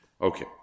Okay